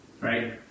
right